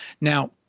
Now